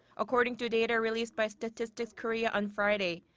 according to data released by statistics korea on friday.